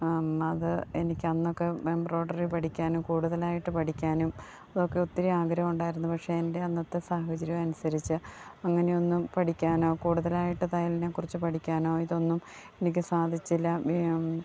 അത് എനിക്കന്നൊക്കെ എംബ്രോയിഡറി പഠിക്കാനും കൂടുതലായിട്ട് പഠിക്കാനും അതൊക്കെ ഒത്തിരി ആഗ്രഹമുണ്ടായിരുന്നു പക്ഷേ എൻ്റെ അന്നത്തെ സാഹചര്യമനുസരിച്ച് അങ്ങനെയൊന്നും പഠിക്കാനോ കൂടുതലായിട്ട് തയ്യലിനെക്കുറിച്ച് പഠിക്കാനോ ഇതൊന്നും എനിക്ക് സാധിച്ചില്ല